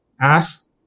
Ask